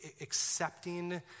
accepting